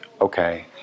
Okay